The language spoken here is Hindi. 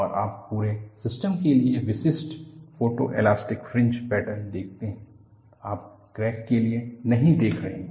और आप पूरे सिस्टम के लिए विशिष्ट फोटोएलास्टिक फ्रिंज पैटर्न देखते हैं आप क्रैक के लिए नहीं देख रहे हैं